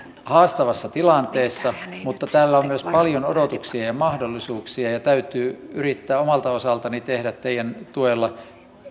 haastavassa tilanteessa mutta täällä on myös paljon odotuksia ja mahdollisuuksia ja minun täytyy yrittää omalta osaltani tehdä teidän tuellanne